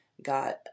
Got